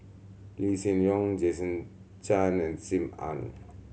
Lee Hsien Loong Jason Chan and Sim Ann